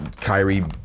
Kyrie